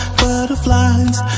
butterflies